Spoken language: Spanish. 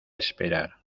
esperar